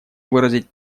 выразить